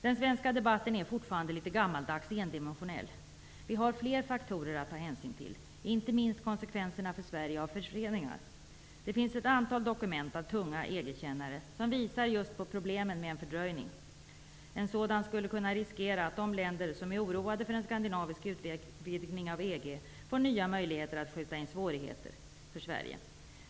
Den svenska debatten är fortfarande litet gammaldags och endimensionell. Vi har fler faktorer att ta hänsyn till, inte minst konsekvenserna för Sverige av förseningar. Det finns ett antal dokument från betydande EG kännare som visar just på problemen med en fördröjning. En sådan skulle kunna riskera att de länder som är oroade för den skandinaviska utvidgningen av EG får nya möjligheter att skjuta in svårigheter för Sverige.